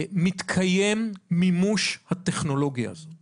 מתקיים מימוש הטכנולוגיה הזאת